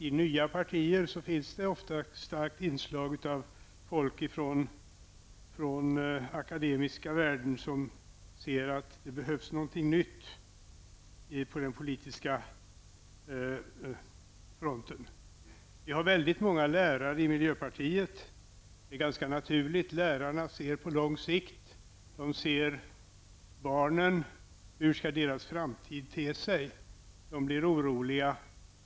I nya partier finns ofta starkt inslag av folk från den akademiska världen som ser att det behövs någonting nytt på den politiska fronten. Vi har många lärare i miljöpartiet. Det är ganska naturligt. Lärarna ser på lång sikt, och de ser barnen och undrar hur deras framtid skall te sig. De blir oroliga.